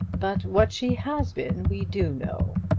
but what she has been we do know.